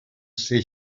ser